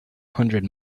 hundred